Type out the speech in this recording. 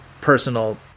personal